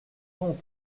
donc